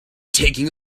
taking